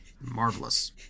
Marvelous